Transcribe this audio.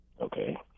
Okay